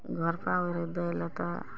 घर पर आबै रहै दै लए तऽ